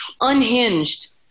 unhinged